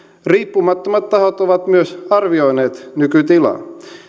riippumattomat tahot ovat myös arvioineet nykytilaa